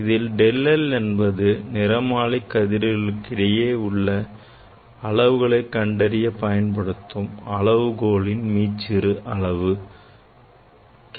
இதில் del l என்பது நிறமாலைகளின் கதிர்களுக்கு இடையே உள்ள அளவுகளை கண்டறிய பயன்படுத்தும் அளவுகோலின் மீச்சிறு அளவாகும்